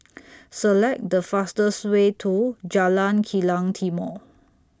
Select The fastest Way to Jalan Kilang Timor